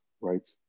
right